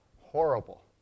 horrible